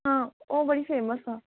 ਹਾਂ ਉਹ ਬੜੀ ਫੇਮਸ ਆ